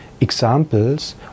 examples